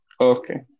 Okay